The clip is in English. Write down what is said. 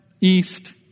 east